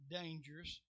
dangerous